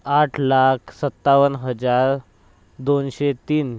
आठ लाख सत्तावन्न हजार दोनशे तीन